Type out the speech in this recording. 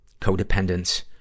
codependence